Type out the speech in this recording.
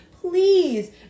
please